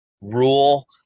rule